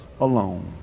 alone